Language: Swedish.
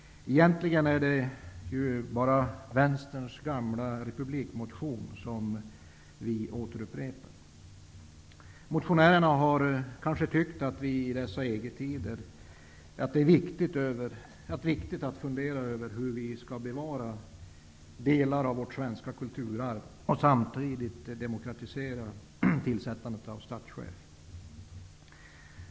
Egentligen är det vänsterns gamla republikmotion som återupprepas. Motionärerna tycker kanske att det i dessa EG tider är viktigt att fundera över hur vi skall bevara delar av vårt svenska kulturarv, samtidigt som tillsättandet av statschef demokratiseras.